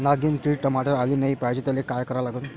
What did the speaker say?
नागिन किड टमाट्यावर आली नाही पाहिजे त्याले काय करा लागन?